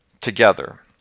together